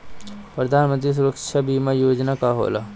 प्रधानमंत्री सुरक्षा बीमा योजना का होला?